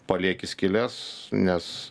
palieki skyles nes